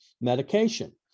medication